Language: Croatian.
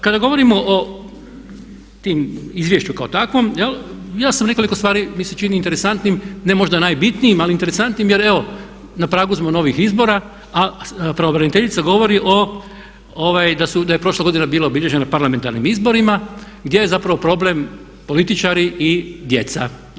Kada govorimo o tom izvješću kao takvom, ja sam nekoliko stvari mi se čini interesantnim, ne možda najbitnijim ali interesantnim jer evo na pragu smo novih izbora a pravobraniteljica govori da je prošla godina bila obilježena parlamentarnim izborima gdje je zapravo problem političari i djeca.